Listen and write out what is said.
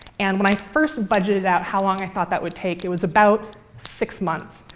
and when i first budgeted out how long i thought that would take, it was about six months.